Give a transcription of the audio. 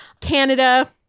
Canada